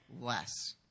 less